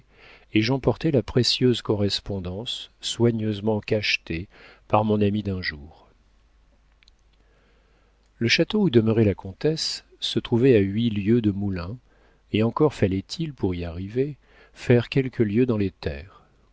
et j'emportai la précieuse correspondance soigneusement cachetée par mon ami d'un jour le château où demeurait la comtesse se trouvait à huit lieues de moulins et encore fallait-il pour y arriver faire quelques lieues dans les terres